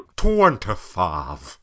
twenty-five